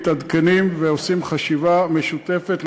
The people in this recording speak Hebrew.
מתעדכנים ועושים חשיבה משותפת,